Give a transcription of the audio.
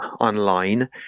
online